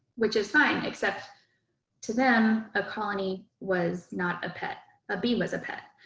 which is fine, except to them a colony was not a pet, a bee was a pet.